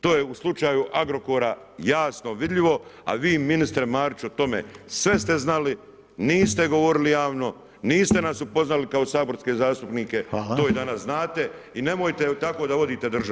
To je u slučaju Agrokora jasno vidljivo, a vi ministre Mariću o tome sve ste znali, niste govorili javno, niste nas upoznali kao saborske zastupnike, to i danas znate i nemojte tako da vodite državu.